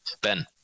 Ben